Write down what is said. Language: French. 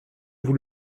vous